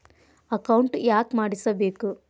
Account ಯಾಕ್ ಮಾಡಿಸಬೇಕು?